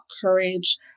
courage